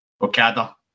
Okada